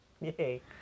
Yay